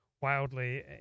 wildly